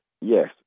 Yes